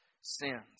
sins